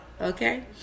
Okay